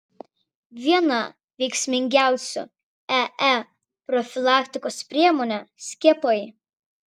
viena veiksmingiausių ee profilaktikos priemonė skiepai